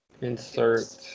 insert